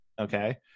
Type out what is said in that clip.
okay